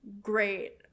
great